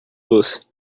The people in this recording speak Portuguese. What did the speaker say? doce